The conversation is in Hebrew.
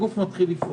הגוף מתחיל לפעול.